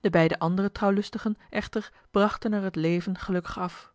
de beide andere trouwlustigen echter brachten er het leven gelukkig af